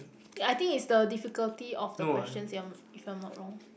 ya I think it's the difficulty of the questions i~ if I am not wrong